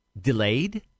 delayed